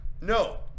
No